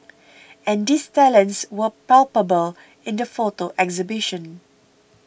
and these talents were palpable in the photo exhibition